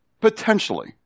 potentially